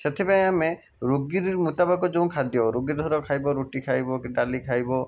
ସେଥିପାଇଁ ଆମେ ରୋଗୀ ମୁତାବକ ଯୋଉଁ ଖାଦ୍ୟ ରୋଗୀ ଧର ଖାଇବ ରୁଟି ଖାଇବ କି ଡାଲି ଖାଇବ